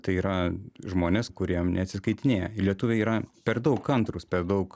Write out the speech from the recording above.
tai yra žmonės kurie neatsiskaitinėja lietuviai yra per daug kantrūs per daug